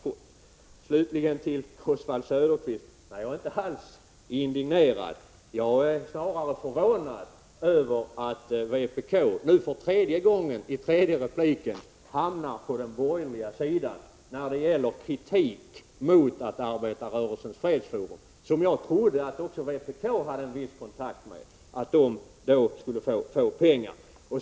Låt mig slutligen till Oswald Söderqvist säga att jag inte alls är indignerad utan snarare förvånad över att vpk för tredje gången i den tredje repliken hamnar på den borgerliga sidan när det gäller att framföra kritik mot att Arbetarrörelsens fredsforum skall få pengar. Jag trodde att även vpk hade viss kontakt med den organisationen.